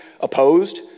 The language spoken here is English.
opposed